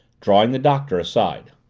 drawing the doctor aside.